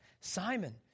Simon